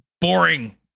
boring